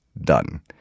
Done